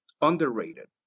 underrated